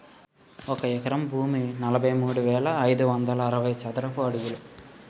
ఒక ఎకరం భూమి నలభై మూడు వేల ఐదు వందల అరవై చదరపు అడుగులు